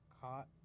caught